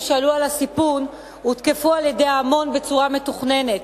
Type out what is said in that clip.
שעלו על הסיפון הותקפו על-ידי ההמון בצורה מתוכננת.